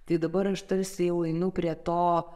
tai dabar aš tarsi jau einu prie to